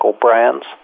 brands